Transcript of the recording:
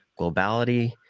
globality